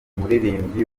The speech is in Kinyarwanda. umuririmbyi